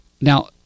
now